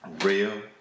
real